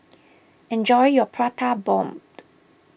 enjoy your Prata Bomb